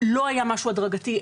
לא היה משהו הדרגתי,